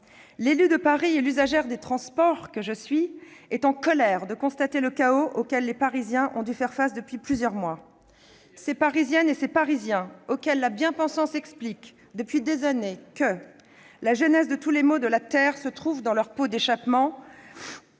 L'élue de Paris et l'usagère des transports que je suis est en colère de constater le chaos auquel les Parisiens ont dû faire face depuis plusieurs mois. Ces Parisiennes et ces Parisiens auxquels la bien-pensance explique, depuis des années, que la genèse de tous les maux de la terre se trouve dans leur pot d'échappement